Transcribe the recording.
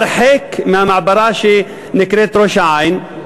הרחק מהמעברה שנקראת ראש-העין,